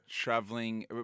traveling